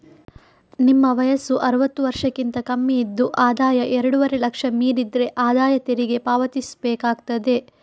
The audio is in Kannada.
ನಿಮ್ಮ ವಯಸ್ಸು ಅರುವತ್ತು ವರ್ಷಕ್ಕಿಂತ ಕಮ್ಮಿ ಇದ್ದು ಆದಾಯ ಎರಡೂವರೆ ಲಕ್ಷ ಮೀರಿದ್ರೆ ಆದಾಯ ತೆರಿಗೆ ಪಾವತಿಸ್ಬೇಕಾಗ್ತದೆ